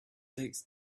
takes